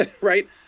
right